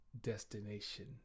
destination